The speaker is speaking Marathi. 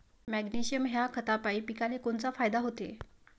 मॅग्नेशयम ह्या खतापायी पिकाले कोनचा फायदा होते?